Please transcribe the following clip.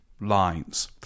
lines